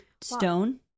stone